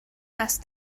است